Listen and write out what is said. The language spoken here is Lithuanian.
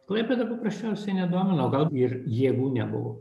klaipėda paprasčiausiai nedomino o gal ir jėgų nebuvo